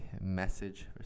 message